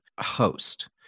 host